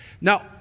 Now